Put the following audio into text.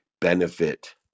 benefit